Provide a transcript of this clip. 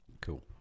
Cool